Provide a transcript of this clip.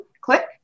click